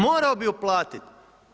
Morao bi uplatiti.